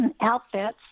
outfits